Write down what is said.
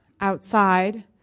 outside